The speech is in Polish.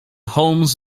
holmes